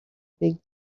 big